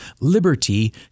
liberty